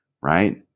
right